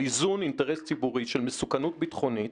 על איזון אינטרס ציבורי של מסוכנות ביטחונית